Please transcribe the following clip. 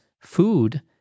food